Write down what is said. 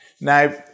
Now